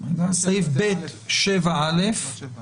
שהרשות אומרת: יש פה